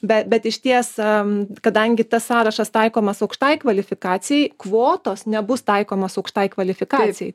be bet iš ties am kadangi tas sąrašas taikomas aukštai kvalifikacijai kvotos nebus taikomas aukštai kvalifikacijai